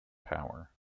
power